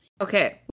Okay